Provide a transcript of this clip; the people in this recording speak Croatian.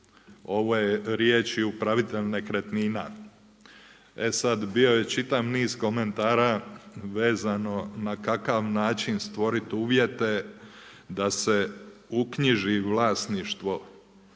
ovo je riječi upravitelja nekretnina. E sad bio je čitav niz komentara, vezano na kakav način stvoriti uvjete da se uknjiži vlasništvo